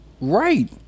Right